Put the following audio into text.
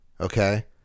okay